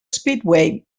speedway